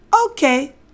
Okay